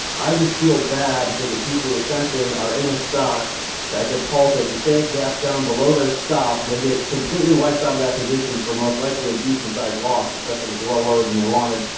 i just feel bad for the people who essentially are in a stock that gets halted, and say it gaps down below their stop, they get completely wiped out of that position for most likely a decent size loss, especially if it's well lower than they wanted.